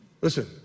Listen